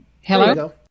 Hello